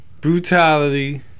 brutality